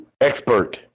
expert